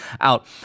out